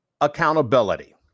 accountability